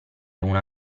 una